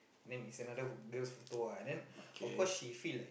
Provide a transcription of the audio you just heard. then is another girl's photo lah then of course she feel like